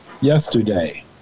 yesterday